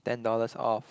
ten dollars off